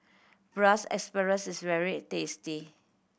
Braised Asparagus is very tasty